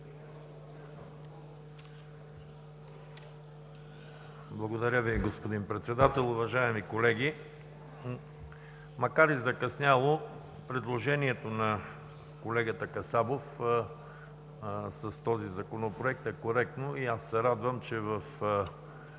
Благодаря Ви, господин Председател. Уважаеми колеги, макар и закъсняло, предложението на колегата Касабов с този Законопроект е коректно и аз се радвам, че в